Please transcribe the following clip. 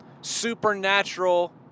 supernatural